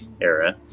era